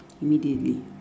Immediately